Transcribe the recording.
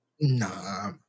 Nah